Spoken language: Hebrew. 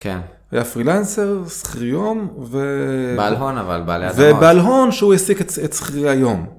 כן הפרילנסר, סחירי יום, ובעל הון שהוא העסיק את סחירי היום